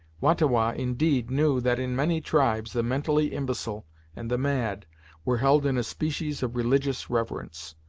wah-ta-wah, indeed, knew that in many tribes the mentally imbecile and the mad were held in a species of religious reverence,